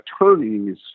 attorneys